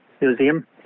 museum